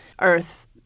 earth